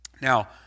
Now